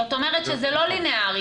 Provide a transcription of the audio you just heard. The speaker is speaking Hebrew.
זאת אומרת שזה לא לינארי,